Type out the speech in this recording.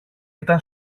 ήταν